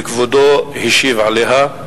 וכבודו השיב עליה.